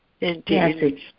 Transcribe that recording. Indeed